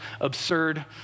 absurd